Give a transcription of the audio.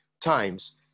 times